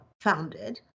founded